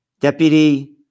Deputy